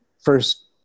first